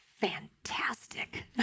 fantastic